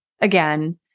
again